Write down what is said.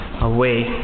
away